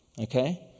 okay